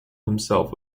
himself